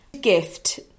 gift